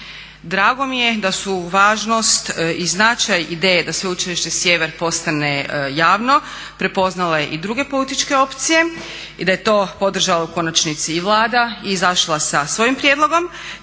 Drago mi je da su važnost i značaj ideje da Sveučilište Sjever postane javno prepoznale i druge političke opcije i da je to podržala u konačnici i Vlada i izašla sa svojim prijedlogom,